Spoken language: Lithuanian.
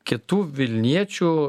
kitų vilniečių